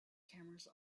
cameras